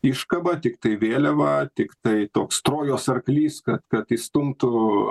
iškaba tiktai vėliava tiktai toks trojos arklys kad kad įstumtų